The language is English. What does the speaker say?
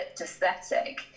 aesthetic